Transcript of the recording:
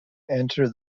enter